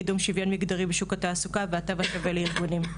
לקידום שוויון מגדרי בשוק התעסוקה והתו השווה לארגונים.